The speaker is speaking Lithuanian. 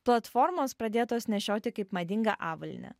platformos pradėtos nešioti kaip madinga avalynė